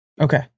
okay